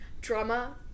drama